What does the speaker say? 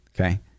Okay